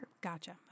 Gotcha